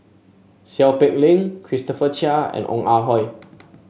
Seow Peck Leng Christopher Chia and Ong Ah Hoi